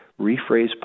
rephrase